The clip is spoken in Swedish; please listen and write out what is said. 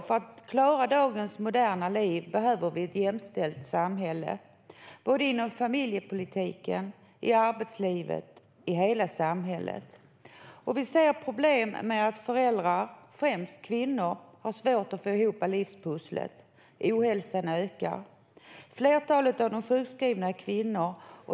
För att klara dagens moderna liv behöver vi ett jämställt samhälle inom familjepolitiken, i arbetslivet och i hela samhället. Vi ser problem med att föräldrar, främst kvinnor, har svårt att få ihop livspusslet. Ohälsan ökar. Flertalet av de sjukskrivna är kvinnor.